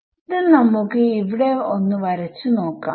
ഇത് നമുക്ക് ഇവിടെ ഒന്ന് വരച്ചു നോക്കാം